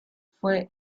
fue